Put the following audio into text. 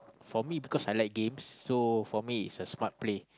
for me because I like games so for me it's a Smart Play